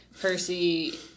Percy